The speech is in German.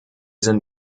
sind